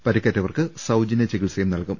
പരിക്കേറ്റവർക്ക് സൌജന്യ ചികിത്സയും നൽകും